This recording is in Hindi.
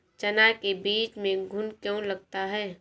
चना के बीज में घुन क्यो लगता है?